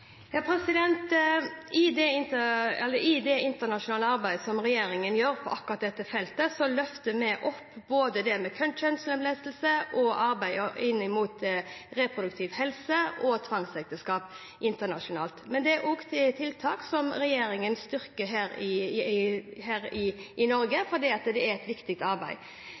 I det internasjonale arbeidet som regjeringen gjør på akkurat dette feltet, løfter vi opp både det med kjønnslemlestelse og arbeidet inn mot reproduktiv helse og tvangsekteskap. Men det er også tiltak som regjeringen styrker her i Norge, for det er et viktig arbeid. Det som det er viktig